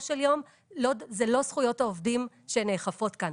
של יום אלה לא זכויות העובדים שנאכפות כאן.